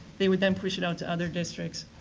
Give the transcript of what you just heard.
they would then push it out to other districts.